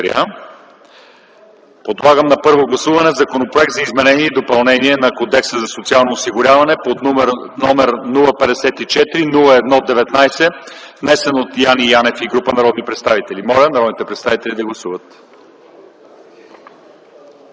Подлагам на първо гласуване Законопроект за изменение и допълнение на Кодекса за социално осигуряване под № 054-01-19, внесен от Яне Янев и група народни представители. Гласували 119 народни представители: за